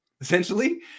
essentially